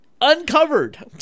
Uncovered